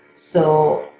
so,